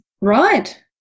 Right